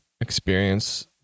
experience